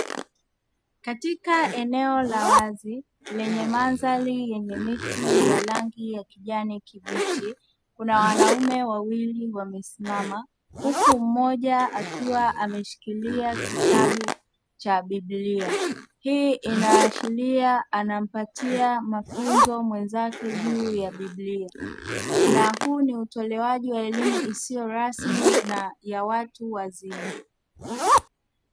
Katika eneo la wazi lenye mandhari yenye miti ya rangi kijani kibichi, kuna wanaume wawili wamesimama huku mmoja akiwa ameshikilia kitabu cha Biblia. Hii inaashiria anampatia mafunzo mwenzake juu ya biblia na huu ni utolewaji wa elimu isiyo rasmi na ya watu wazima.